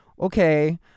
okay